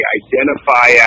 identify